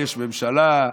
יש ממשלה,